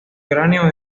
cráneo